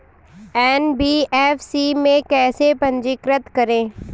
NBFC में कैसे पंजीकृत करें?